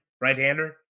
right-hander